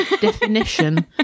definition